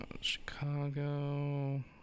Chicago